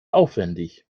aufwendig